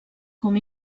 com